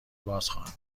بازخواهم